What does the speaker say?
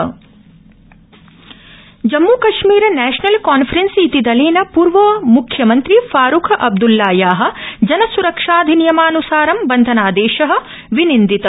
जम्मू कश्मीरम् Jammu Kashmir National Conference इति दलेन पूर्व म्ख्यमंत्री फारूख अब्दल्लाया जनस्रक्षाधिनियमान्सारं बन्धनादेश विनिन्दित